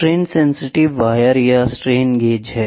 strain sensitive wire या strain gauge हैं